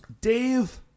Dave